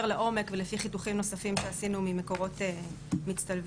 לעומק ולפי חיתוכים נוספים שעשינו ממקורות מצטלבים,